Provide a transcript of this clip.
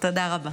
תודה רבה.